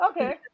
Okay